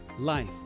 life